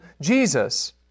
Jesus